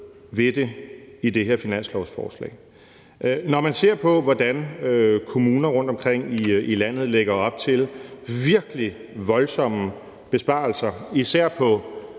ved det i det her finanslovsforslag. Når man ser på, hvordan kommuner rundtomkring i landet lægger op til virkelig voldsomme besparelser, især